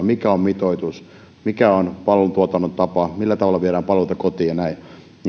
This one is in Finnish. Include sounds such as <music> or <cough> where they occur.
<unintelligible> mikä on mitoitus mikä on palvelutuotannon tapa millä tavalla viedään palveluita kotiin ja näin